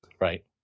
Right